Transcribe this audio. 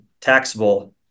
taxable